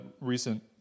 recent